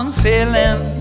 sailing